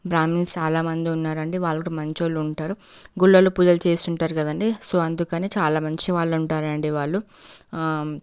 Brahmins చాలా మంది ఉన్నారండి వాళ్ళు కూడా మంచోళ్ళు ఉంటారు గుళ్ళల్లో పూజలు చేసి ఉంటారు కదండీ సో అందుకని చాలా మంచి వాళ్ళు ఉంటారు అండి వాళ్ళు